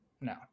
No